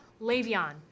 Le'Veon